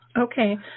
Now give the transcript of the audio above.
Okay